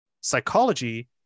psychology